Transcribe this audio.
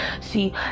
See